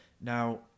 Now